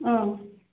अँ